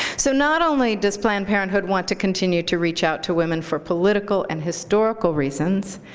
so not only just planned parenthood want to continue to reach out to women for political and historical reasons,